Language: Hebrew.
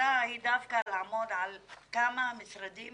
מטרתה היא לעמוד על כמה המשרדים